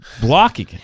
blocking